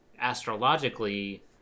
astrologically